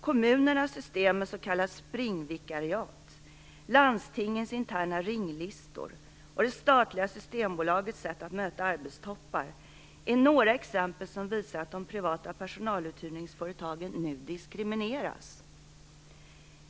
Kommunernas system med s.k. springvikariat, landstingens interna ringlistor och det statliga Systembolagets sätt att möta arbetstoppar är några exempel som visar att de privata personaluthyrningsföretagen nu diskrimineras.